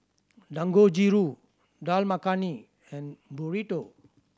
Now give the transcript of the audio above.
Dangojiru Dal Makhani and Burrito